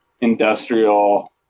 industrial